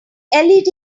led